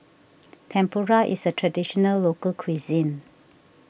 Tempura is a Traditional Local Cuisine